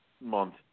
month